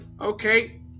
Okay